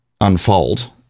unfold